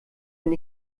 wenn